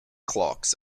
clocks